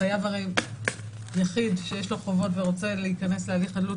חייב יחיד שיש לו חובות ורוצה להיכנס להליך חדלות